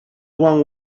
one